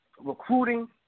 Recruiting